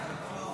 אלהרר,